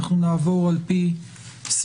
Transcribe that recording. אנחנו נעבור על פי סדר